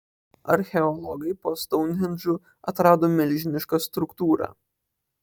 archeologai po stounhendžu atrado milžinišką struktūrą